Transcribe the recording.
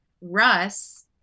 Russ